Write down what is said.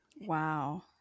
Wow